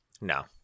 No